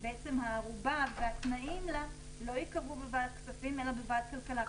שהערובה והתנאים לה לא ייקבעו בוועדת כספים אלא בוועדת כלכלה.